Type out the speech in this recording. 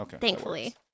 thankfully